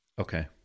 Okay